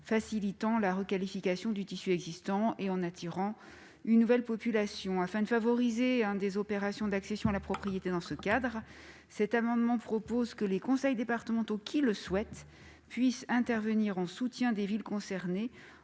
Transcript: faciliter la requalification du tissu existant et d'attirer une nouvelle population. Afin de favoriser des opérations d'accession à la propriété dans ce cadre, il est proposé que les conseils départementaux, s'ils le souhaitent, puissent intervenir en soutien des villes concernées,